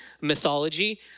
mythology